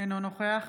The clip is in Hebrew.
אינו נוכח